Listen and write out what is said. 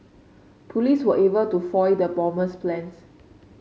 police were able to foil the bomber's plans